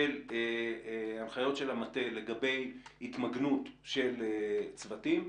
של הנחיות של המטה לגבי התמגנות של הצוותים.